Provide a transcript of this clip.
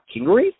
Kingery